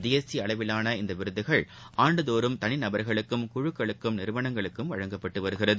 தேசியஅளவிலான இந்தவிருதுகள் ஆண்டுதோறும் தனிநபர்களுக்கும் குழுக்களுக்கும் நிறுவனங்களுக்கும் வழங்கப்பட்டுவருகிறது